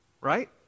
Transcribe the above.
right